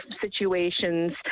situations